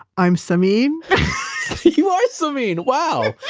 i'm samin you are so mean. wow.